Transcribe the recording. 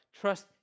trust